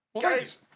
Guys